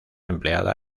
empleada